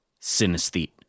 Synesthete